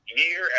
year